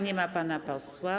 Nie ma pana posła.